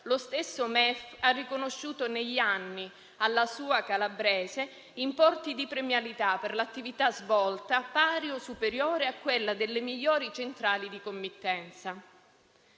lo stesso MEF le ha riconosciuto negli anni importi di premialità per l'attività svolta pari o superiore a quella delle migliori centrali di committenza.